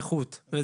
נורית איתן גוטמן,